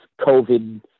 COVID